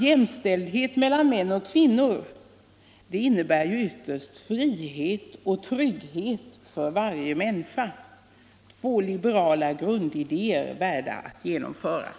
Jämställdhet mellan män och kvinnor innebär ytterst frihet och trygghet för varje människa — två liberala grundidéer värda att genomföras.